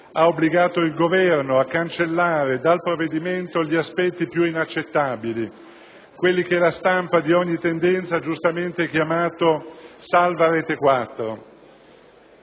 ha obbligato il Governo a cancellare dal provvedimento gli aspetti più inaccettabili, quelli che la stampa di ogni tendenza ha giustamente chiamato «salva Retequattro».